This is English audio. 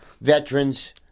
veterans